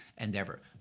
endeavor